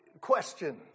Question